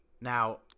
Now